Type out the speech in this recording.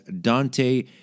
Dante